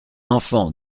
enfant